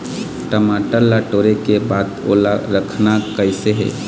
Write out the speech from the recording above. टमाटर ला टोरे के बाद ओला रखना कइसे हे?